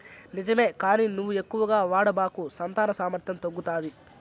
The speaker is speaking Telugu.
నిజమే కానీ నువ్వు ఎక్కువగా వాడబాకు సంతాన సామర్థ్యం తగ్గుతాది